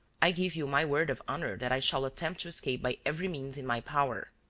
i give you my word of honour that i shall attempt to escape by every means in my power,